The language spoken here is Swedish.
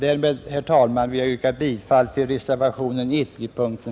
Därför, herr talman, vill jag yrka bifall till reservationen 1 vid punkten